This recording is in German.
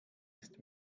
ist